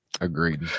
Agreed